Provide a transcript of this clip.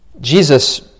Jesus